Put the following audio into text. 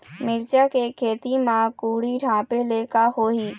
मिरचा के खेती म कुहड़ी ढापे ले का होही?